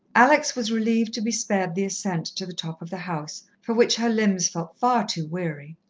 alex was relieved to be spared the ascent to the top of the house, for which her limbs felt far too weary.